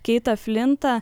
keitą flintą